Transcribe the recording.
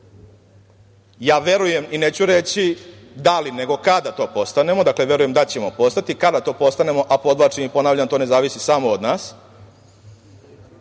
Verujem i neću reći da li, nego kada to postanemo. Dakle, verujem da ćemo postati. Kada to postanemo, a podvlačim i ponavljam to ne zavisi samo od nas,